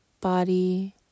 body